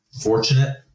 fortunate